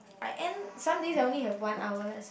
I end some days I only have one hour less